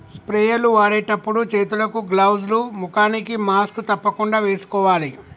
sprayer లు వాడేటప్పుడు చేతులకు గ్లౌజ్ లు, ముఖానికి మాస్క్ తప్పకుండా వేసుకోవాలి